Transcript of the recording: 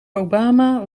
obama